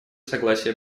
согласие